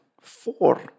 four